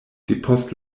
depost